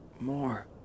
more